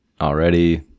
already